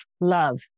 love